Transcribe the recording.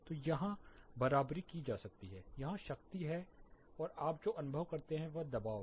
तो यह यहाँ बराबरी की जा सकती है यहाँ शक्ति है और आप जो अनुभव करते हैं वह दबाव है